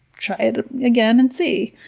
try it again and see.